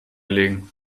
legen